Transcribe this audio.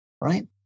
right